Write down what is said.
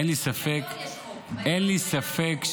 אין לי ספק -- היום יש חוק, היום קיים חוק.